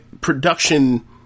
production